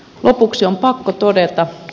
lopuksi on pakko todeta